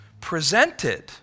presented